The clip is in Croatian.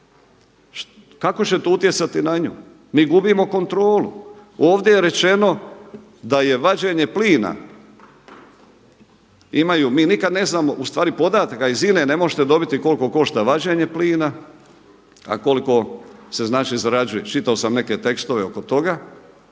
kako će to utjecati na nju. Mi gubimo kontrolu. Ovdje je rečeno da je vađenje plina imaj, mi nikad ne znamo, u stvari podataka iz INA-e ne možete dobiti koliko košta vađenje plina, a koliko se znači zarađuje. Čitao sam neke tekstove oko toga.